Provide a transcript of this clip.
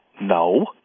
No